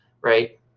Right